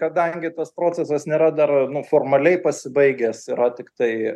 kadangi tas procesas nėra dar nu formaliai pasibaigęs yra tiktai